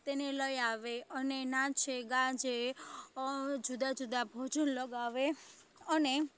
તેને લઈ આવે અને નાચે ગાજે જુદાં જુદાં ભોજન લગાવે અને